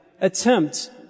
attempt